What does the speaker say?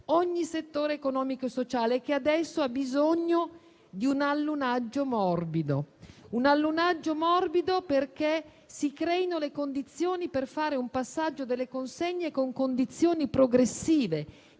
ogni settore economico e sociale e adesso ha bisogno di un allunaggio morbido, perché si creino le condizioni per fare un passaggio delle consegne con una progressività